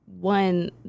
one